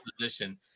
position